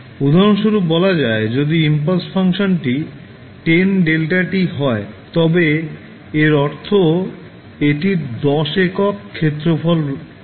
উদাহরণস্বরূপ বলা যায় যদি ইম্পালস ফাংশনটি 10 δ হয় তবে এর অর্থ এটির 10 একক ক্ষেত্রফল আছে